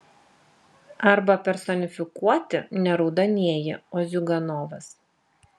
arba personifikuoti ne raudonieji o ziuganovas